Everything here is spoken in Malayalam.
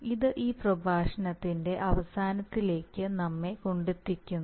ഇത് ഈ പ്രഭാഷണത്തിന്റെ അവസാനത്തിലേക്ക് നമ്മെ കൊണ്ടുഎത്തിക്കുന്നു